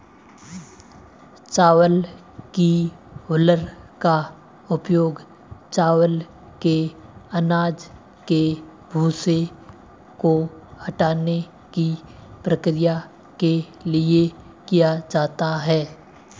चावल की हूलर का उपयोग चावल के अनाज के भूसे को हटाने की प्रक्रिया के लिए किया जाता है